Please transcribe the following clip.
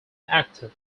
active